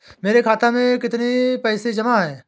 मेरे खाता में कितनी पैसे जमा हैं?